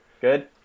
good